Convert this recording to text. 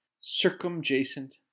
circumjacent